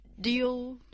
deal